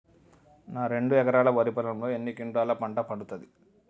నా రెండు ఎకరాల వరి పొలంలో ఎన్ని క్వింటాలా పంట పండుతది?